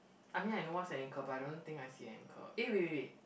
I mean I know what's an ankle but I don't think I see an ankle eh wait wait